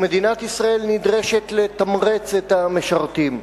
ומדינת ישראל נדרשת לתמרץ את המשרתים.